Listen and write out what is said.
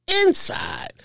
inside